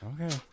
Okay